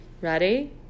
ready